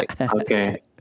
Okay